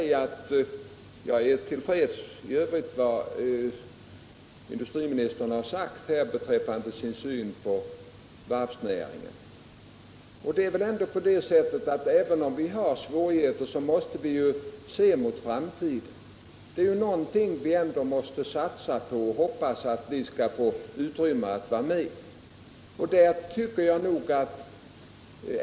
I övrigt är jag till freds med vad industriministern sagt beträffande sin syn på varvsnäringen. Det är väl ändå på det sättet att även om vi har svårigheter måste vi se mot framtiden. Vi måste satsa på den i förhoppningen att vi skall få utrymme inom världshandeln och få vara med och producera.